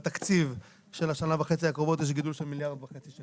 בתקציב של השנה וחצי הקרובות יש גידול של כ-1.5